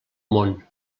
món